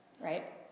Right